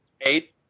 Eight